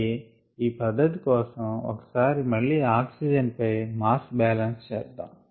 KLa ఈ పధ్ధతి కోసం ఒకసారి మళ్ళీ ఆక్సిజన్ పై మాస్ బాలన్స్ చేద్దాం